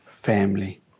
family